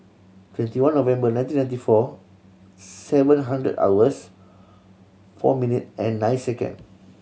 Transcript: twenty one November nineteen ninety four seven hundred hours four minute and nine second